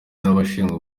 n’abashinzwe